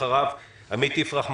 ואחריו עמית יפרח,